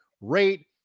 rate